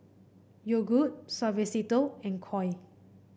Yogood Suavecito and Koi